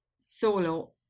solo